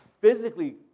physically